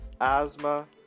asthma